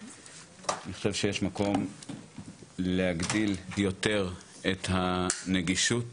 אני חושב שיש מקום להגדיל יותר את הנגישות